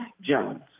Jones